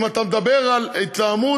אם אתה מדבר על התלהמות,